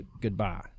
goodbye